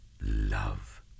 love